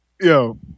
Yo